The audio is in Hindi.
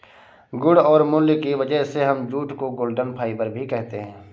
गुण और मूल्य की वजह से हम जूट को गोल्डन फाइबर भी कहते है